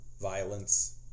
violence